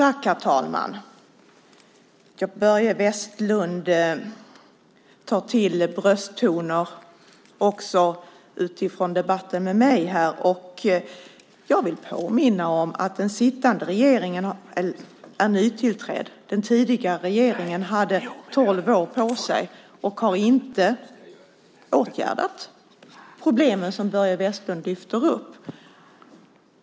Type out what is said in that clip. Herr talman! Börje Vestlund tar till brösttoner också utifrån debatten med mig. Jag vill påminna om att den sittande regeringen är nytillträdd. Den tidigare regeringen hade tolv år på sig och har inte åtgärdat problemen som Börje Vestlund lyfter upp.